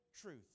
truth